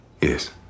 Yes